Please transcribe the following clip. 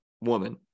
woman